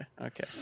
Okay